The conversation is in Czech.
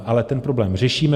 Ale ten problém řešíme.